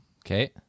Okay